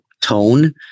tone